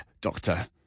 Doctor